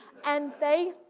and they,